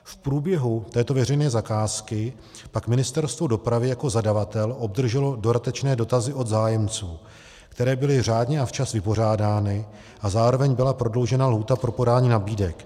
V průběhu této veřejné zakázky pak Ministerstvo dopravy jako zadavatel obdrželo dodatečné dotazy od zájemců, které byly řádně a včas vypořádány, a zároveň byla prodloužena lhůta pro podání nabídek.